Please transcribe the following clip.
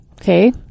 Okay